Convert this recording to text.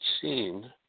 seen